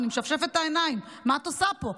אני משפשפת את העיניים, מה את עושה פה?